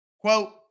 Quote